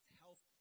health